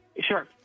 Sure